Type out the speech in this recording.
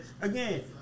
Again